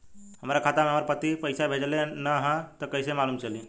हमरा खाता में हमर पति पइसा भेजल न ह त कइसे मालूम चलि?